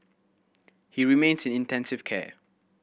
he remains in intensive care